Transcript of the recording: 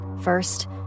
First